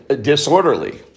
disorderly